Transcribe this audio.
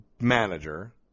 manager